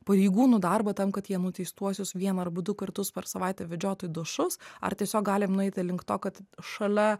pareigūnų darbą tam kad jie nuteistuosius vieną arba du kartus per savaitę vedžiotų į dušus ar tiesiog galim nueiti link to kad šalia